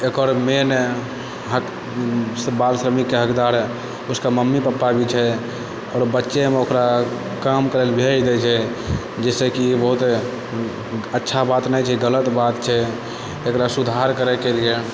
एकर मैन हक बाल श्रमिकके हकदार उसके मम्मी पप्पा भी छै आओर बच्चेमे ओकरा काम करै लए भेज दै छै जाहि सँ की ओ बहुत अच्छा बात नहि छै गलत बात छै एकरा सुधार करैके लिए